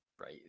right